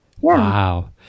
Wow